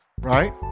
right